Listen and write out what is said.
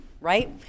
Right